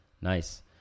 Nice